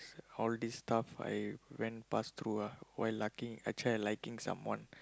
all this stuff I went past through ah why liking I try liking someone